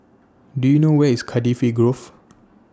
Do YOU know Where IS Cardifi Grove